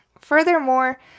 Furthermore